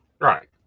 right